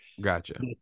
Gotcha